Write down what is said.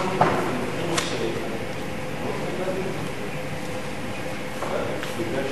הצעת חוק הכנסת (תיקון מס'